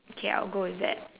okay I'll go with that